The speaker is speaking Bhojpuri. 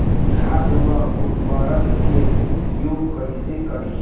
खाद व उर्वरक के उपयोग कइसे करी?